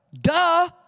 Duh